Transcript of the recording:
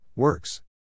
Works